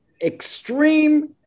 extreme